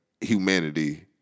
humanity